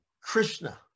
Krishna